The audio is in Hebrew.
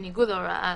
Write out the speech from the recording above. בניגוד להוראת